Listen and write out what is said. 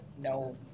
No